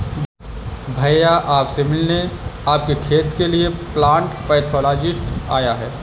भैया आप से मिलने आपके खेत के लिए प्लांट पैथोलॉजिस्ट आया है